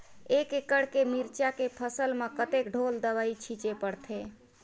एक एकड़ के मिरचा के फसल म कतेक ढोल दवई छीचे पड़थे?